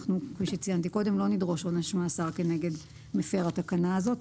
כפי שציינתי קודם אנחנו לא נדרוש עונש מאסר כנגד מפר התקנה הזאת,